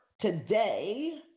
today